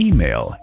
Email